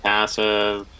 Passive